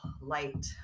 light